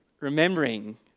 remembering